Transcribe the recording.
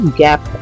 gap